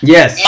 Yes